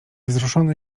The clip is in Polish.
wzruszony